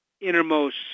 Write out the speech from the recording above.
innermost